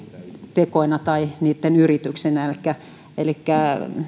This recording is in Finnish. tekoina tai niitten yrityksinä elikkä elikkä